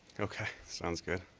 sounds good.